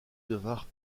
devinrent